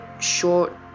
short